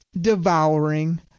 devouring